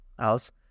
else